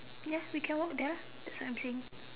yes we can walk there that's what I'm saying